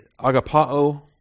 agapao